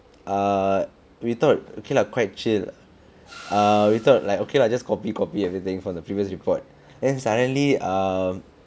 uh we thought okay lah quite chill we thought like okay lah just copy copy everything from the previous report and suddenly um